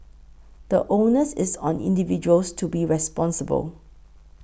the onus is on individuals to be responsible